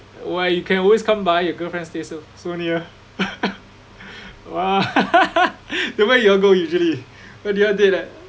!wah! you can always come by your girlfriend stay so so near !wah! then where you all go usually where do you all date at